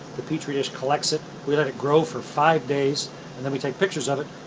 the petri dish collects it, we let it grow for five days and then we take pictures of it,